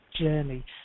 journey